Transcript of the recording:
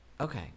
Okay